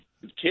kid